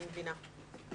אני מבינה.